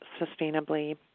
sustainably